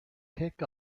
pick